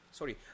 sorry